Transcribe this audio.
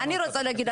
אני רוצה להגיד,